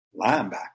linebacker